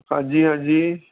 ਹਾਂਜੀ ਹਾਂਜੀ